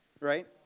Right